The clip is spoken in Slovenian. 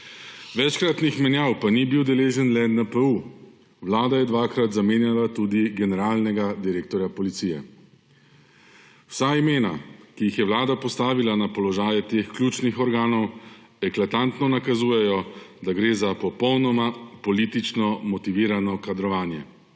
Večkratnih menjav pa ni bil deležen le NPU, vlada je dvakrat zamenjala tudi generalnega direktorja Policije. Vsa imena, ki jih je vlada postavila na položaje teh ključnih organov, eklatantno nakazujejo, da gre za popolnoma politično motivirano kadrovanje.